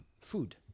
food